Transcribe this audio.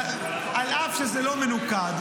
על אף שזה לא מנוקד,